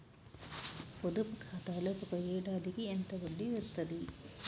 పొదుపు ఖాతాలో ఒక ఏడాదికి ఎంత వడ్డీ వస్తది?